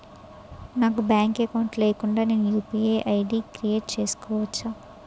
నాకు bank account లేకుండా నేను యు.పి.ఐ ఐ.డి క్రియేట్ చేసుకోవచ్చా?